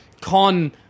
Con